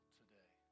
today